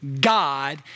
God